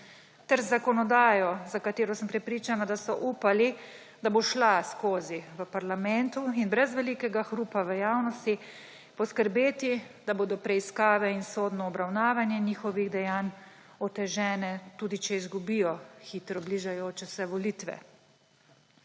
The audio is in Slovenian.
ter z zakonodajo, za katero sem prepričana, da so upali, da bo šla skozi v parlamentu in brez velikega hrupa v javnosti, poskrbeti, da bodo preiskave in sodno obravnavanje njihovih dejanj otežene, tudi če izgubijo hitro bližajoče se volitve.